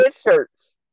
shirts